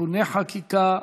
(תיקוני חקיקה),